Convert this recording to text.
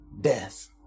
death